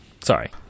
Sorry